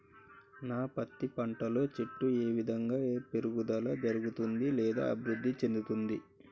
నా పత్తి పంట లో చెట్టు ఏ విధంగా పెరుగుదల జరుగుతుంది లేదా అభివృద్ధి చెందుతుంది?